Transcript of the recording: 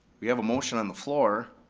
we have a motion on the floor.